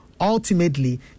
ultimately